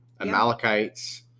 Amalekites